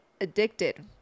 addicted